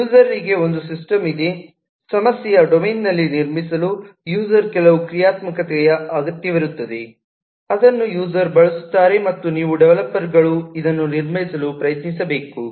ಯೂಸರ್ರಿಗೆ ಒಂದು ಸಿಸ್ಟಮ್ ಇದೆ ಸಮಸ್ಯೆಯ ಡೊಮೇನ್ನಲ್ಲಿ ನಿರ್ಮಿಸಲು ಯೂಸರ್ ಕೆಲವು ಕ್ರಿಯಾತ್ಮಕತೆಯ ಅಗತ್ಯವಿರುತ್ತದೆ ಅದನ್ನು ಯೂಸರ್ ಬಳಸುತ್ತಾರೆ ಮತ್ತು ನೀವು ಡೆವಲಪರ್ಗಳು ಇದನ್ನು ನಿರ್ಮಿಸಲು ಪ್ರಯತ್ನಿಸ ಬೇಕು